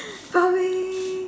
probably